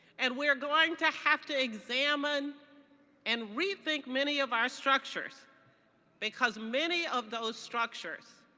and we're going to have to examine and rethink many of our structures because many of those structures